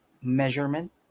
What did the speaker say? measurement